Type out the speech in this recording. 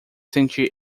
sentir